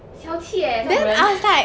小气 eh 这种人